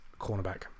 cornerback